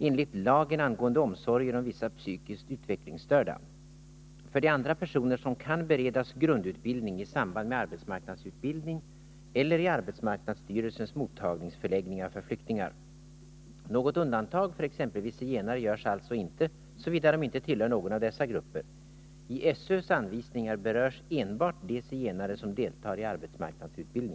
enligt lagen angående omsorger om vissa psykiskt utvecklingsstörda, för det andra personer som kan beredas grundutbildning i samband med arbetsmarknadsutbildning eller i arbetsmarknadsstyrelsens mottagningsförläggningar för flyktingar. Något undantag för exempelvis zigenare görs alltså inte, såvida de inte tillhör någon av dessa grupper. I SÖ:s anvisningar berörs enbart de zigenare som deltar i arbetsmarknadsutbildning.